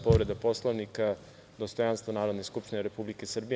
Povreda Poslovnika, dostojanstvo Narodne skupštine Republike Srbije.